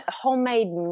homemade